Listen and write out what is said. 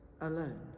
alone